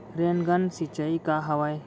Rain gun सिंचाई का हवय?